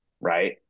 right